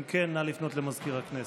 אם כן, נא לפנות למזכיר הכנסת.